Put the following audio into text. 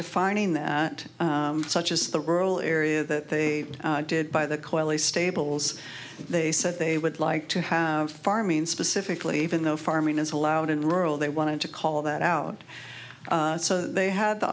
defining that such as the rural area that they did buy the coyly stables they said they would like to have farming specifically even though farming is allowed in rural they wanted to call that out so they had the